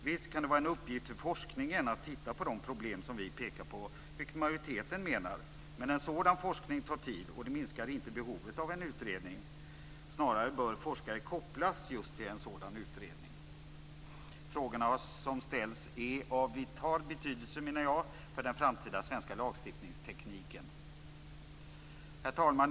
Visst kan det vara en uppgift för forskningen att titta på de problem som vi pekar på, vilket majoriteten menar. Men en sådan forskning tar tid, och det minskar inte behovet av en utredning. Snarare bör forskare kopplas just till en sådan utredning. Jag menar att frågorna som ställs är av vital betydelse för den framtida svenska lagstiftningstekniken. Herr talman!